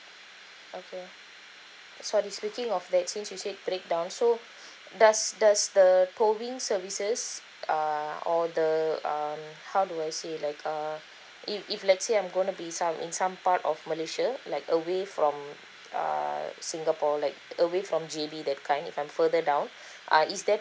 okay so the speaking of that since you said breakdown so does does the towing services err all the um how do I say like uh if if let's say I'm gonna be some in some part of malaysia like away from uh singapore like away from J_B that kind if I'm further down uh is there